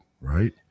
right